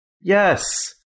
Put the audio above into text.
Yes